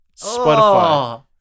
Spotify